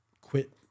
quit